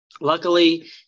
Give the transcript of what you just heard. Luckily